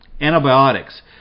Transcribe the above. Antibiotics